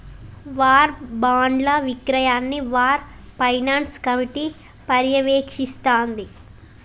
war బాండ్ల విక్రయాన్ని war finance committee పర్యవేక్షిస్తాంది